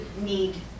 need